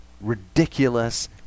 ridiculous